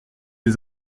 des